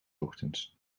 ochtends